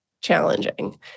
challenging